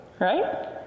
right